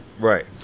Right